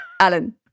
Alan